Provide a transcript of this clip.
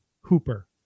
Hooper